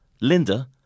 Linda